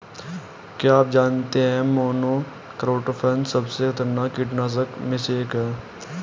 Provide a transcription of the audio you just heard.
क्या आप जानते है मोनोक्रोटोफॉस सबसे खतरनाक कीटनाशक में से एक है?